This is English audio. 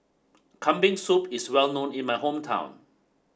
Kambing Soup is well known in my hometown